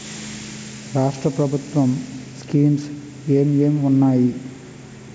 రాష్ట్రం ప్రభుత్వ స్కీమ్స్ ఎం ఎం ఉన్నాయి?